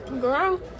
Girl